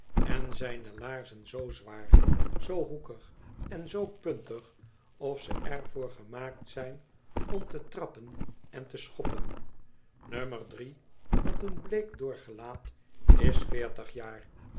en zijne laarzen zoo zwaar zoo hoekig en zoo puntig of ze er voor gemaakt zijn om te trappen en te schoppen nummer drie met een bleek dor gelaat is veertig jaar